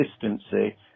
consistency